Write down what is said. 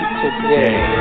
today